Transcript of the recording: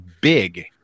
big